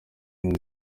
muri